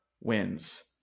wins